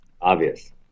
Obvious